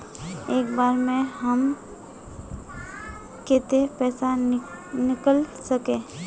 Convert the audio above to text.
एक बार में हम केते पैसा निकल सके?